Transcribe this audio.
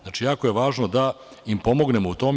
Znači, jako je važno da im pomognemo u tome.